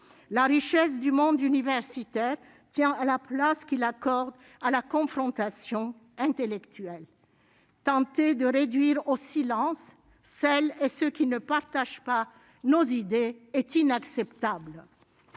la richesse du monde universitaire, tient à la place qu'il accorde à la confrontation intellectuelle tenter de réduire au silence, celles et ceux qui ne partagent pas nos idées est inacceptable